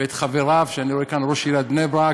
ואת חבריו שאני רואה כאן: ראש עיריית בני-ברק,